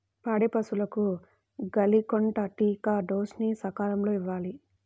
పాడి పశువులకు గాలికొంటా టీకా డోస్ ని సకాలంలో ఇవ్వాలి